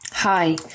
Hi